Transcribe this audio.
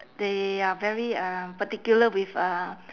they are very uh particular with uh